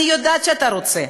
אני יודעת שאתה רוצה,